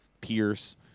Pierce